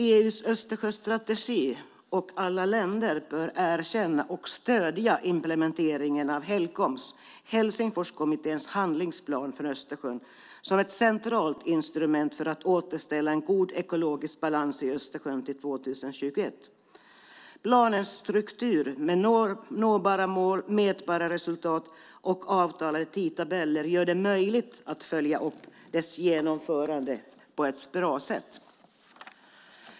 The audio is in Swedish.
EU:s Östersjöstrategi och alla länder bör erkänna och stödja implementeringen av Helcoms, Helsingforskommitténs, handlingsplan för Östersjön som ett centralt instrument för att återställa en god ekologisk balans i Östersjön till 2021. Planens struktur med nåbara mål, mätbara resultat och avtalade tidtabeller gör det möjligt att följa upp dess genomförande på ett bra sätt.